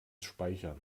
speichern